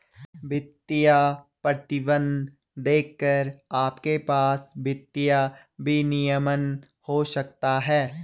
वित्तीय प्रतिबंध देखकर आपके पास वित्तीय विनियमन हो सकता है